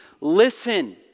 listen